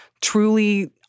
truly